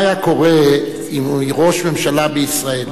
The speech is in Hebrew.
מה היה קורה אם ראש ממשלה בישראל,